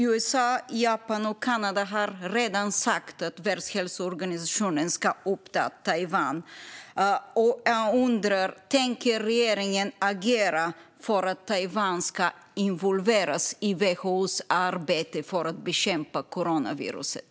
USA, Japan och Kanada har redan sagt att Världshälsoorganisationen ska ta med Taiwan. Jag undrar: Tänker regeringen agera för att Taiwan ska involveras i WHO:s arbete för att bekämpa coronaviruset?